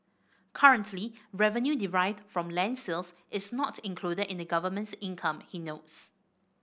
currently revenue derived from land sales is not included in the government's income he notes